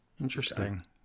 Interesting